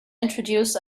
introduces